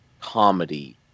comedy